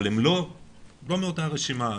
אבל לא מאותה הרשימה.